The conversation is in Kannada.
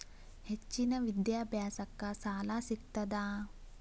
ಹೆಚ್ಚಿನ ವಿದ್ಯಾಭ್ಯಾಸಕ್ಕ ಸಾಲಾ ಸಿಗ್ತದಾ?